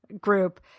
group